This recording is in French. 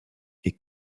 est